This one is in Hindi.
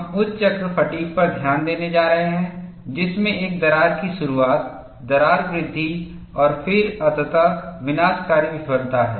हम उच्च चक्र फ़ैटिग् पर ध्यान देने जा रहे हैं जिसमें एक दरार की शुरुआत दरार वृद्धि और फिर अंततः विनाशकारी विफलता है